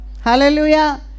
Hallelujah